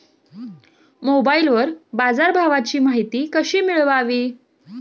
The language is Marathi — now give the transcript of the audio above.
मोबाइलवर बाजारभावाची माहिती कशी मिळवावी?